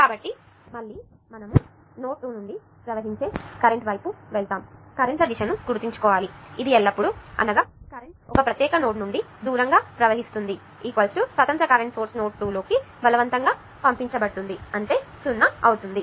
కాబట్టి మళ్ళీ మనం నోడ్ 2 నుండి ప్రవహించే కరెంట్ వైపు వెళ్తాము కర్రెంట్ల దిశను గుర్తుంచుకోవాలి ఇది ఎల్లప్పుడూ అనగా కరెంట్ ఒక ప్రత్యేకమైన నోడ్ నుండి దూరంగా ప్రవహిస్తుంది స్వతంత్ర కరెంట్ సోర్స్ నోడ్ 2 లోకి బలవంతంగా పంపించబడుతుంది అంటే 0 అవుతుంది